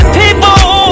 people